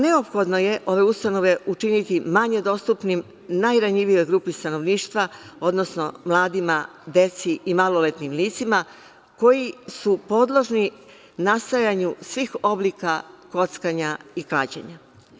Neophodno je ove ustanove učiniti manje dostupnim, najranjivijoj grupi stanovnika, odnosno mladima, deci i maloletnim licima koji su podložni nastajanju svih oblika kockanja i klađenja.